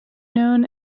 known